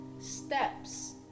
steps